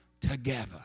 together